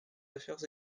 affaires